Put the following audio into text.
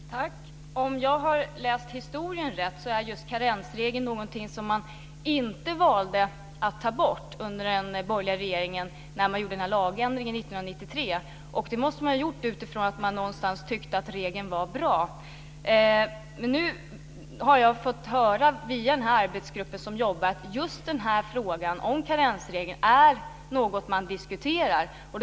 Fru talman! Om jag har läst historien rätt är just karensregeln någonting som man valde att inte ta bort under den borgerliga regeringen när man genomförde lagändringen 1993. Man måste ha gjort det valet därför att man någonstans tyckte att regeln var bra. Via den tillsatta arbetsgruppen har jag hört att man diskuterar just frågan om karensregeln.